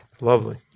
Lovely